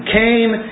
came